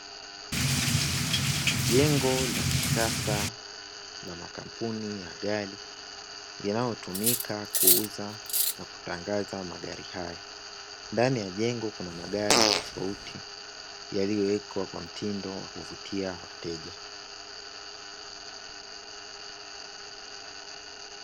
Jengo la kisasa la makampuni ya gari linalotumika kuuza na kutangaza magari hayo. Ndani ya jengo kuna magari tofauti yaliyowekwa kwa mtindo wa kuvutia wateja.